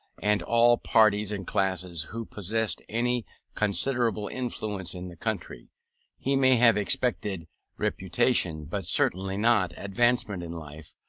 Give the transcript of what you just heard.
and all parties and classes who possessed any considerable influence in the country he may have expected reputation, but certainly not advancement in life,